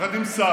יחד עם סער,